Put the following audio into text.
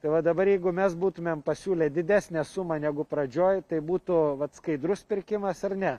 tai va dabar jeigu mes būtumėm pasiūlę didesnę sumą negu pradžioj tai būtų vat skaidrus pirkimas ar ne